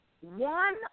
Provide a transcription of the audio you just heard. one